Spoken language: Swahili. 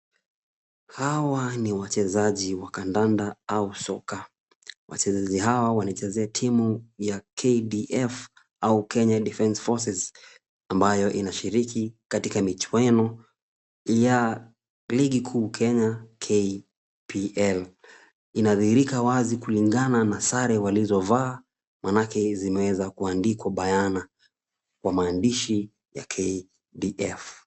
Hawa ni wachezaji wa kandanda au soka. Wachezaji hawa wanachezea timu ya KDF au Kenya Defence Forces ambayo inashiriki katika michuano ya ligi kuu Kenya KPL. Inadhihirika wazi kulingana na sare walizovaa manake zimeweza kuandikwa bayana kwa maandishi ya KDF.